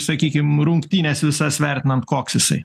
sakykim rungtynes visas vertinant koks jisai